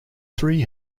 three